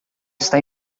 está